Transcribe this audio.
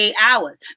hours